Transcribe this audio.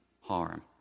harm